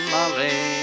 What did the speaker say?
Molly